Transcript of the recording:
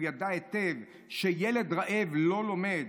הוא ידע היטב שילד רעב לא לומד.